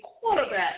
quarterback